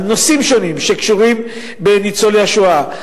נושאים שונים שקשורים בניצולי השואה.